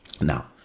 Now